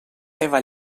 teva